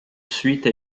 suite